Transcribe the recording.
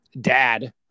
dad